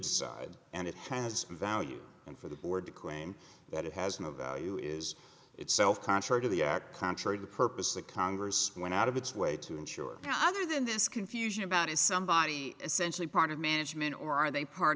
decide and it has value and for the board to claim that it has no value is itself contrary to the act contrary to purpose the congress went out of its way to ensure other than this confusion about is somebody essentially part of management or are they part